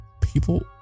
People